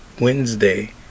Wednesday